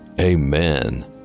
Amen